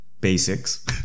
basics